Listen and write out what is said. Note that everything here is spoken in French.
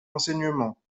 enseignement